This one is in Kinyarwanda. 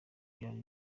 byari